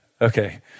Okay